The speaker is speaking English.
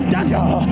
Daniel